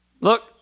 Look